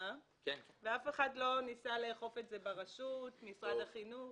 אף אחד לא ניסה לאכוף את זה ברשות המקומית או במשרד החינוך,